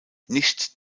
nicht